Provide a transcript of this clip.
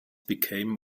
became